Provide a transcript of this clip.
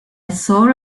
thought